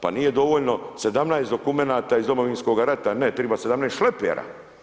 Pa nije dovoljno 17 dokumenata iz domovinskog rata, ne treba 17 šlepera.